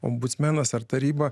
ombudsmenas ar taryba